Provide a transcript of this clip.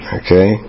okay